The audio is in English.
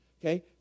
Okay